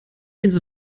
ins